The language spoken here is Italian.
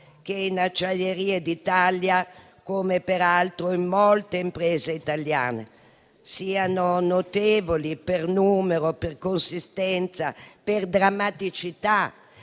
che in Acciaierie d'Italia, come peraltro in molte imprese italiane, siano notevoli - per numero, per consistenza, per drammaticità